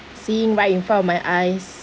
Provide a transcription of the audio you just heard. seeing by in front of my eyes